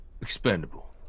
expendable